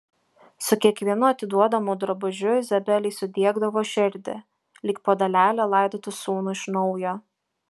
su kiekvienu atiduodamu drabužiu izabelei sudiegdavo širdį lyg po dalelę laidotų sūnų iš naujo